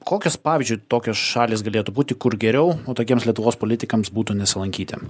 kokios pavyzdžiui tokios šalys galėtų būti kur geriau tokiems lietuvos politikams būtų nesilankyti